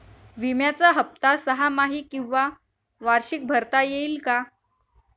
विम्याचा हफ्ता सहामाही किंवा वार्षिक भरता येईल का?